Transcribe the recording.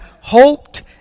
hoped